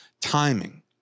timing